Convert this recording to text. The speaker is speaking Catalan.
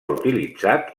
utilitzat